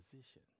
position